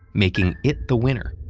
making it the winner.